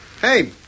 Hey